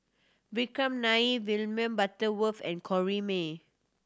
Vikram Nair William Butterworth and Corrinne May